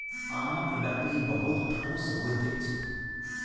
आमक लकड़ी बहुत ठोस होइत अछि